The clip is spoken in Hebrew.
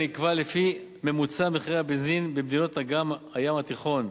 הנקבע לפי ממוצע מחירי הבנזין במדינות אגן הים התיכון,